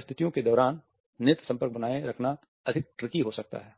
प्रस्तुतियों के दौरान नेत्र संपर्क बनाए रखना अधिक ट्रिकी हो सकता है